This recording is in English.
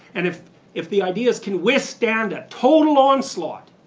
and if if the ideas can withstand a total onslaught,